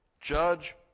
Judge